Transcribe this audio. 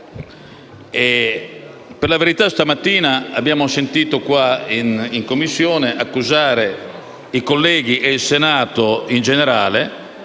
per la verità questa mattina abbiamo sentito in Commissione accusare i colleghi e il Senato in generale